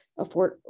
afford